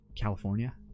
California